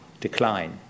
decline